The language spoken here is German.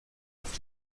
auf